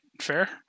Fair